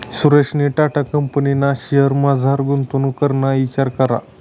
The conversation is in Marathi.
सुरेशनी टाटा कंपनीना शेअर्समझार गुंतवणूक कराना इचार करा